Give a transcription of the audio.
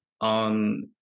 on